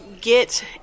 get